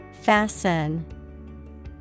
Fasten